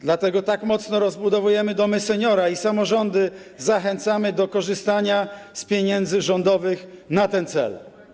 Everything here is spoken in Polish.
Dlatego tak mocno rozbudowujemy domy seniora i zachęcamy samorządy do korzystania z pieniędzy rządowych na ten cel.